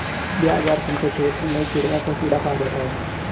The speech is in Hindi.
बिहार झारखंड के क्षेत्र में चिड़वा को चूड़ा कहा जाता है